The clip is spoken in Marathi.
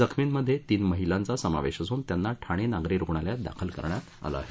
जखमींमध्ये तीन महिलांचा समावेश असून त्यांना ठाणे नागरी रुग्णालयात दाखल करण्यात आलं आहे